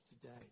today